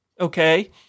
okay